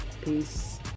peace